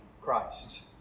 Christ